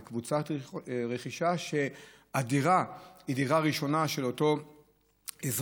בקבוצת רכישה שבה הדירה היא דירה ראשונה של אותו אזרח.